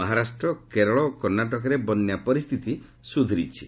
ମହାରାଷ୍ଟ୍ର କେରଳ ଓ କର୍ଣ୍ଣାଟକରେ ବନ୍ୟା ପରିସ୍ଥିତି ସୁଧୁରିଛି